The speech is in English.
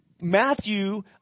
Matthew